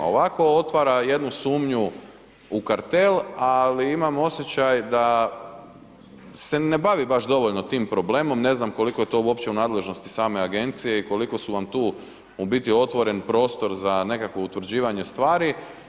A ovako otvara jednu sumnju u kartel, ali imam osjećaj da se ne bavi baš dovoljno tim problemom, ne znam koliko je to uopće u nadležnosti same agencije i koliko vam je tu otvoren prostor za nekakvo utvrđivanje stvari.